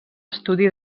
estudi